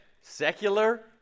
secular